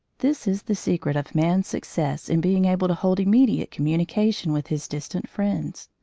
this is the secret of man's success in being able to hold immediate communication with his distant friends.